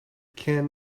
can